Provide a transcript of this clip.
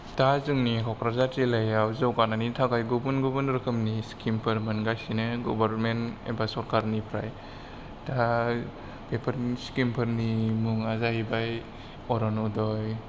दा जोंनि कक्राझार जिल्लायाव जौगानायनि थाखाय गुबुन गुबुन रोखोमनि स्किमफोर मोनगासिनो गबारमेन्ट एबा सरकारनिफ्राय दा बेफोर स्किमफोरनि मुङा जाहैबाय अर'नदय